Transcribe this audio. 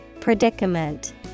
Predicament